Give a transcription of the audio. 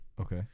okay